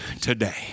today